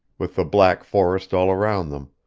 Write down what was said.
with the black forest all around them,